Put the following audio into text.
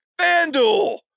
FanDuel